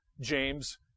James